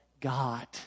God